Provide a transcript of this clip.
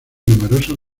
numerosas